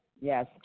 Yes